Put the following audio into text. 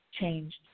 changed